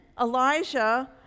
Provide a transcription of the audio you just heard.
Elijah